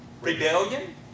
Rebellion